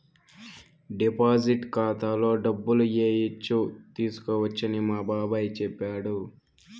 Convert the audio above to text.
deposit ఖాతాలో డబ్బులు ఏయచ్చు తీసుకోవచ్చని మా బాబాయ్ చెప్పాడు